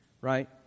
right